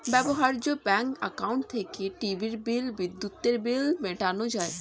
ব্যবহার্য bank account থেকে টিভির বিল, বিদ্যুতের বিল মেটানো যায়